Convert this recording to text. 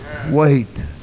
Wait